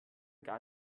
gar